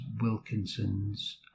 Wilkinson's